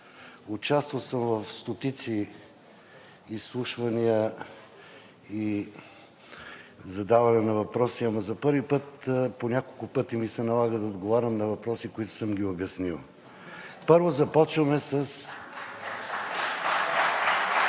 участвал съм в стотици изслушвания и задаване на въпроси, ама за първи път по няколко пъти ми се налага да отговарям на въпроси, които съм ги обяснил! (Ръкопляскания от ГЕРБ-СДС.)